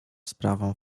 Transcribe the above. sprawę